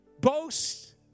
boast